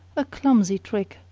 a clumsy trick,